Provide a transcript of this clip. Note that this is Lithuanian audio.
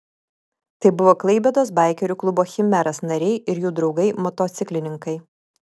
tai buvo klaipėdos baikerių klubo chimeras nariai ir jų draugai motociklininkai